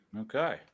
Okay